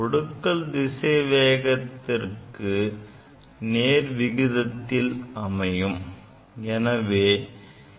ஒடுக்கல் திசை வேகத்திற்கு நேர் விகிதத்தில் அமையும்